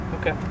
Okay